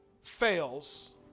fails